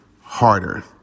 Harder